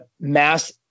mass